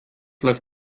läuft